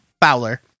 fowler